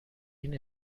این